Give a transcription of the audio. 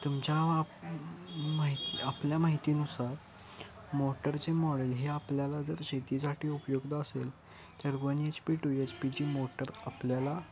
तुमच्या माहिती आपल्या माहितीनुसार मोटरचे मॉडेल हे आपल्याला जर शेतीसाठी उपयोगात असेल तर one H P two H पीची मोटर आपल्याला